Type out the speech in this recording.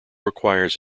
requires